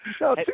No